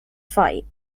fight